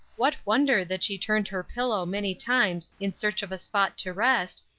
what wonder that she turned her pillow many times in search of a spot to rest,